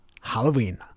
Halloween